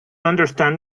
understand